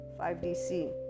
5dc